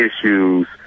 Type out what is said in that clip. issues